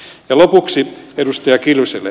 ja lopuksi edustaja kiljuselle